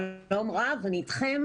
שלום רב, אני ראש המטה לשילוב יוצאי אתיופיה